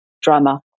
drama